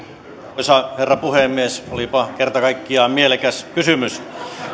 arvoisa herra puhemies olipa kerta kaikkiaan mielekäs kysymys